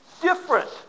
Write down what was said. different